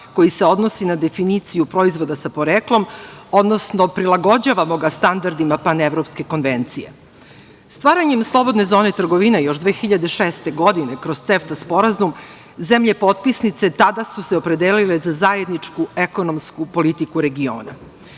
koji se odnosi na definiciju "Proizvoda sa poreklom", odnosno prilagođavamo ga standardima panevropske konvencije. Stvaranjem slobodne zone trgovine, još 2006. godine, kroz CEFTA sporazum, zemlje potpisnice tada su se opredelile za zajedničku ekonomsku politiku regiona.